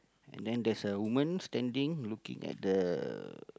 and then there's a woman standing looking at the